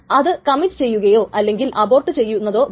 അത് കമ്മിറ്റ് ചെയ്യുകയോ അല്ലെങ്കിൽ അബോർട്ട് ചെയ്യുന്നതോ വരെ